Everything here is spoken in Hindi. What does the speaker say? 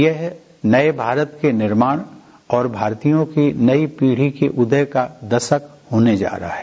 यह नये भारत के निर्माण और भारतीयों के नई पीढ़ी की उदय का दशक होने जा रहा है